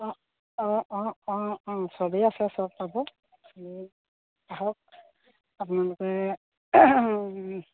অঁ অঁ অঁ অঁ অঁ সবেই আছে সব পাব আহক আপোনালোকে